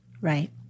Right